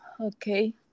okay